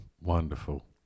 Wonderful